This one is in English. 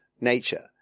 nature